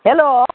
hello